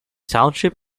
township